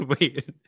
Wait